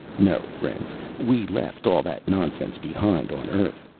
no, friends, we left all that nonsense behind on earth.